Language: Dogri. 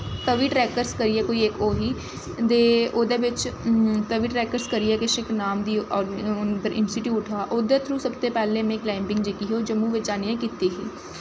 तवी ट्रैक्करस करियै कोई इक ओह् ही ते ओह्दै बिच्च तवी ट्रैक्करस करियै किश नांऽ दा इस्टिटूट हा ओह्दै थ्रू में सब तो पैह्ले कलाईंबिंग जेह्की ही ओह् जम्मू बिच्च आनियें कीती ही